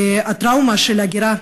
הטראומה של ההגירה,